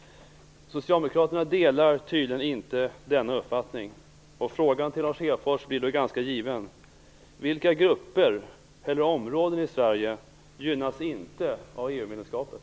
Socialdemokraterna delar tydligen inte denna uppfattning. Min fråga till Lars Hedfors blir därför ganska given. Vilka grupper eller områden i Sverige gynnas inte av EU-medlemskapet?